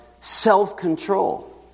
self-control